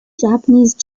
japanese